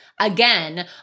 again